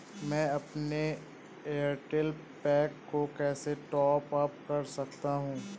मैं अपने एयरटेल पैक को कैसे टॉप अप कर सकता हूँ?